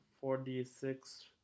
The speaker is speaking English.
forty-six